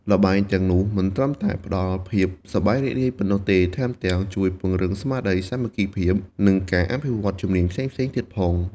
ល្បែងទាំងនោះមិនត្រឹមតែផ្ដល់ភាពសប្បាយរីករាយប៉ុណ្ណោះទេ ថែមទាំងជួយពង្រឹងស្មារតីសាមគ្គីភាព និងការអភិវឌ្ឍជំនាញផ្សេងៗទៀតផង។